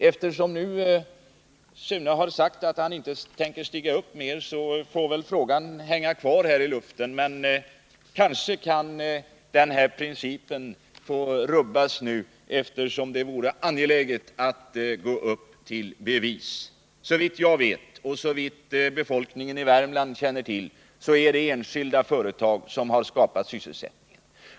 Eftersom Sune Johansson har sagt att han inte tänker stiga upp i talarstolen mer får väl frågan hänga kvar i luften. Men kanske kan han göra avsteg från det uttalandet, eftersom det vore angeläget att gå upp till bevis. Såvitt jag vet och såvitt befolkningen i Värmland känner till är det enskilda företag som har skapat sysselsättningen.